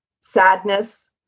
sadness